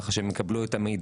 ככה שהם יקבלו את המידע,